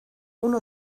uno